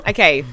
Okay